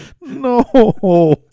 No